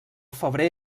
febrer